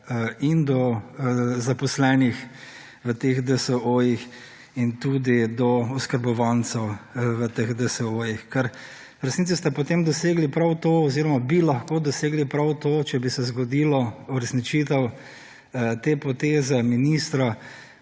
in do zaposlenih v teh DSO-jih in tudi to oskrbovancev v teh DSO-jih, ker v resnici ste potem dosegli prav to oziroma bi lahko dosegli prav to, če bi se zgodila uresničitev te poteze ministra,